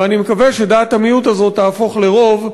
ואני מקווה שדעת המיעוט הזאת תהפוך לרוב,